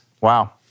Wow